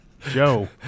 joe